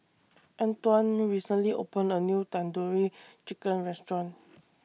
Antwan recently opened A New Tandoori Chicken Restaurant